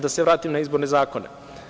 Da se vratim na izborne zakone.